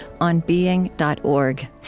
onbeing.org